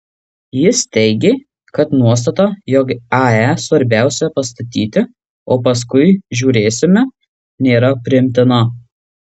jis teigė kad nuostata jog ae svarbiausia pastatyti o paskui žiūrėsime nėra priimtina